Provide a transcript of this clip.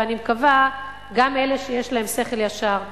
ואני מקווה גם אלה שיש להם שכל ישר בקואליציה.